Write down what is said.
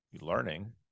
learning